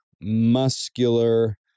muscular